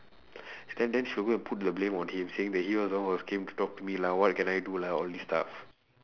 then then she'll go and put the blame on him saying that he was the one who was came to talk to me lah what can I do lah all this stuff